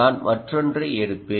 நான் மற்றொன்றை எடுப்பேன்